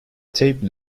tape